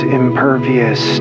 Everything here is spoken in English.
impervious